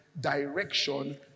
direction